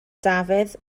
dafydd